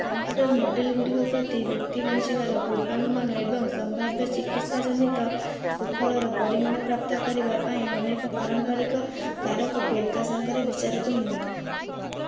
computer ମଡ଼େଲ୍ଗୁଡ଼ିକ ପ୍ରତି ବ୍ୟକ୍ତି ବଞ୍ଚିବାର ପୂର୍ବାନୁମାନ ଏବଂ ସମ୍ଭାବ୍ୟ ଚିକିତ୍ସା ଜନିତ ସୁଫଳର ପରିମାଣ ପ୍ରାପ୍ତ କରିବା ପାଇଁ ଅନେକ ପାରମ୍ପରିକ କାରକକୁ ଏକାସାଙ୍ଗରେ ବିଚାରକୁ ନିଅନ୍ତି